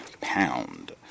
pound